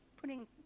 putting